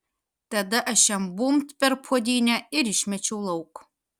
tada aš jam bumbt per puodynę ir išmečiau lauk